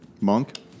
Monk